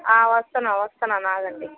వస్తునాను వస్తున్నాను ఆగండి